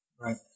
right